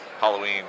halloween